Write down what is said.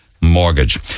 mortgage